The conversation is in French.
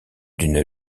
d’une